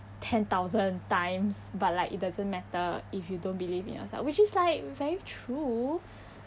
ten thousand times but like it doesn't matter if you don't believe in yourself which is like very true